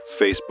Facebook